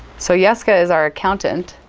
so yeah jeske ah is our accountant.